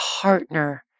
partner